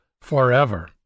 forever